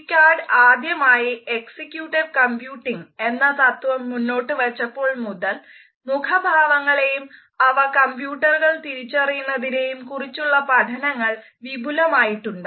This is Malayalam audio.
പികാർഡ് എന്ന തത്വം മുന്നോട്ട് വച്ചപ്പോൾ മുതൽ മുഖഭാവങ്ങളെയും അവ കമ്പ്യൂട്ടറുകൾ തിരിച്ചറിയുന്നതിനെയും കുറിച്ചുള്ള പഠനങ്ങൾ വിപുലമായിട്ടുണ്ട്